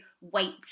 wait